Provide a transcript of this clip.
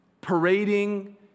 parading